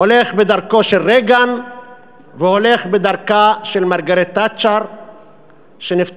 הולך בדרכו של רייגן והולך בדרכה של מרגרט תאצ'ר שנפטרה.